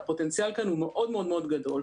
הפוטנציאל כאן הוא מאוד מאוד מאוד גדול,